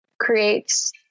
creates